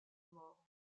mort